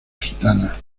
gitana